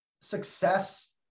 success